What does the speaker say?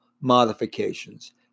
modifications